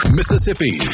Mississippi